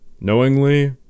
knowingly